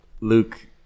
Luke